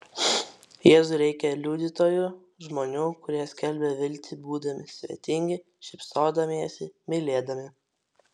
jėzui reikia liudytojų žmonių kurie skelbia viltį būdami svetingi šypsodamiesi mylėdami